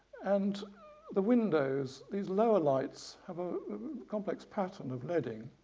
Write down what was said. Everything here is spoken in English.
and the windows, these lower lights, have a complex pattern of leading.